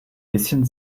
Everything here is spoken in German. bisschen